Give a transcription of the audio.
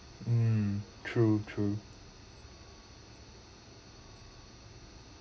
um true true